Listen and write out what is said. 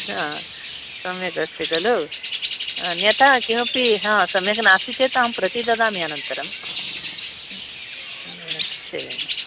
हा सम्यक् अस्ति खलु अन्यथा किमपि हा सम्यक् नास्ति चेत् अहं प्रतिददामि अनन्तरं निश्चयेन